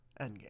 Endgame